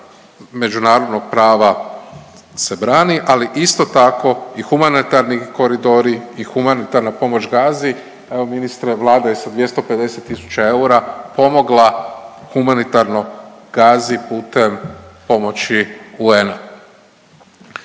međunarodnog prava se brani, ali isto tako i humanitarni koridori i humanitarna pomoć Gazi, evo ministre Vlada je sa 250 tisuća eura pomogla humanitarno Gazi putem pomoći UN-a.